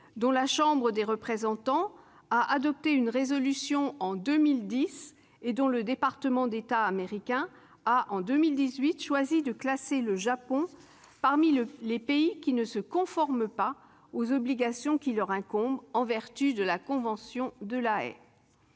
dont la Chambre des représentants a adopté une résolution en 2010 et dont le département d'État a, en 2018, choisi de classer le Japon parmi les pays qui ne se conforment pas aux obligations qui leur incombent en vertu de la convention de La Haye.